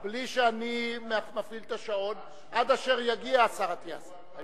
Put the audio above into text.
שהיה שר והיה מגיע בזמן לענות על הצעת אי-אמון,